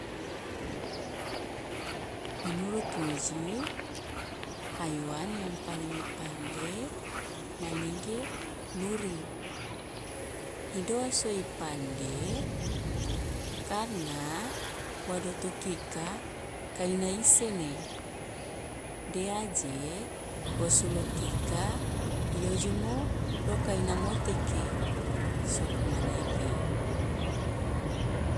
Menurut ngoji, haiwan yang paling i pande manege luri, i doa si i pande? Karena, wa doto kika ka ina isene, de aje wo sola kika i ojomo loka ina moteke, soko manege.